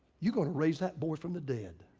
you're gonna raise that boy from the dead.